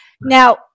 Now